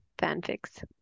fanfics